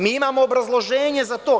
Mi imamo obrazloženje za to.